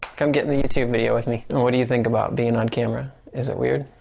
come get me a youtube video with me. what do you think about being on camera? is it weird?